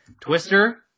Twister